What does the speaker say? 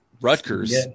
Rutgers